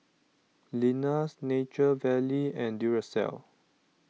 Lenas Nature Valley and Duracell